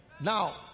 Now